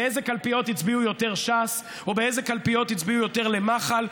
באיזה קלפיות הצביעו יותר ש"ס ובאיזה קלפיות הצביעו יותר למח"ל,